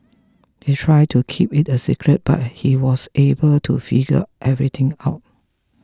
they tried to keep it a secret but he was able to figure everything out